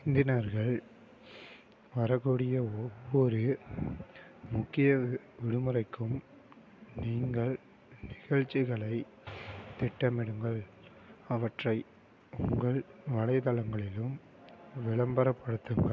விருந்தினர்கள் வரக்கூடிய ஒவ்வொரு முக்கிய விடுமுறைக்கும் நீங்கள் நிகழ்ச்சிகளைத் திட்டமிடுங்கள் அவற்றை உங்கள் வலைத்தளங்களிலும் விளம்பரப்படுத்துங்கள்